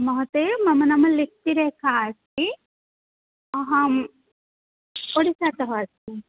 महोदय मम नाम लिप्तिरेखा अस्ति अहम् ओडिसातः अस्मि